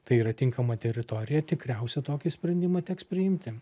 tai yra tinkama teritorija tikriausiai tokį sprendimą teks priimti